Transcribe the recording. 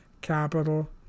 capital